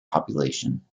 population